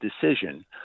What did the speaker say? decision